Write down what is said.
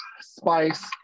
spice